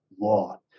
law